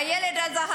הילד הזה,